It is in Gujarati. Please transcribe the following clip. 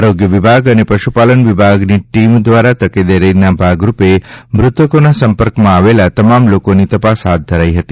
આરોગ્ય વિભાગ અને પશુપાલન વિભાગની ટીમ ધ્વારા તકેદારીના ભાગરૂપે મૃતકોના સંપર્કમાં આવેલા તમામ લોકોની તપાસ હાથ ધરી હતી